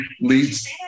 leads